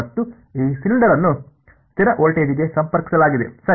ಮತ್ತು ಈ ಸಿಲಿಂಡರ್ ಅನ್ನು ಸ್ಥಿರ ವೋಲ್ಟೇಜ್ಗೆ ಸಂಪರ್ಕಿಸಲಾಗಿದೆ ಸರಿ